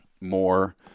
more